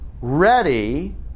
Ready